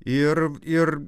ir ir